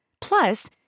Plus